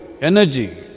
energy